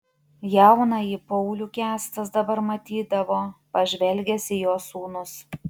jaunąjį paulių kęstas dabar matydavo pažvelgęs į jo sūnus